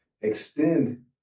extend